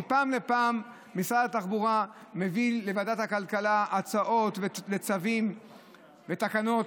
מפעם לפעם משרד התחבורה מביא לוועדת הכלכלה הצעות לצווים ותקנות.